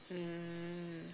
mm